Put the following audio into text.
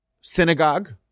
synagogue